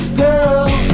girl